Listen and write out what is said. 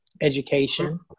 education